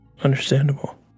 Understandable